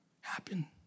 happen